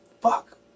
fuck